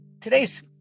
today's